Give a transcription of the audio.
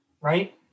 right